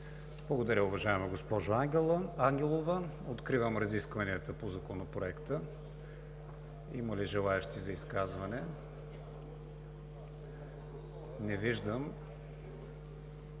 Благодаря, уважаема госпожо Ангелова. Откривам разискванията по Законопроекта. Има ли желаещи за изказване? Не виждам.